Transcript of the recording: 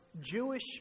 Jewish